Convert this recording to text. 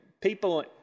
people